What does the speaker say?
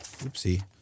oopsie